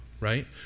right